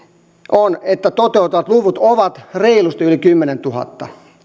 on että toteutuvat luvut ovat reilusti yli kymmenestuhannes